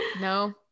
no